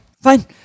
fine